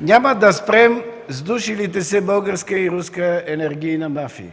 няма да спрем сдушилите се българска и руска енергийна мафия!